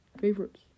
Favorites